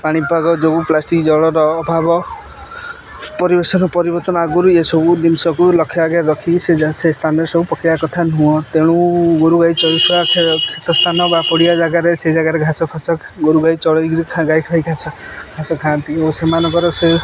ପାଣିପାଗ ଯେଉଁ ପ୍ଲାଷ୍ଟିକ ଜଳର ଅଭାବ ପରିବେଶର ପରିବର୍ତ୍ତନ ଆଗରୁ ଏସବୁ ଜିନିଷକୁ ଲକ୍ଷେ ଆଗରେ ରଖିକି ସେ ସ୍ଥାନରେ ସବୁ ପକେଇବା କଥା ନୁହଁ ତେଣୁ ଗୋରୁ ଗାଈ ଚଳୁଥିବା ଖେତ ସ୍ଥାନ ବା ପଡ଼ିଆ ଜାଗାରେ ସେ ଜାଗାରେ ଘାସ ଫାସ ଗୋରୁଗାଈ ଚଳେଇକି ଗାଈ ଖାଇ ଘାସ ଘାସ ଖାଆନ୍ତି ଓ ସେମାନଙ୍କର ସେ